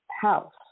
House